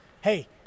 hey